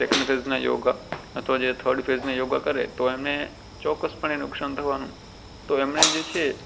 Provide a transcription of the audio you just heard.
second ફેઝના યોગ અથવા જે થર્ડ ફેઝના યોગ કરે તો એને ચોક્કસપણે નુકસાન થવાનું તો એમને જ છે